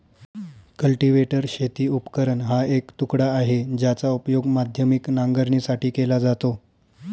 cultivator शेती उपकरण हा एक तुकडा आहे, ज्याचा उपयोग माध्यमिक नांगरणीसाठी केला जातो